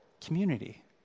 community